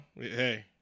Hey